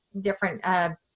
different